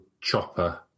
Chopper